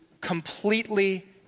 completely